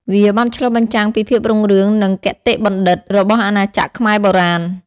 វាបានឆ្លុះបញ្ចាំងពីភាពរុងរឿង និងគតិបណ្ឌិតរបស់អាណាចក្រខ្មែរបុរាណ។